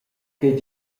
che